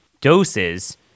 doses